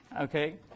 Okay